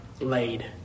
laid